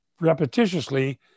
repetitiously